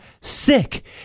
sick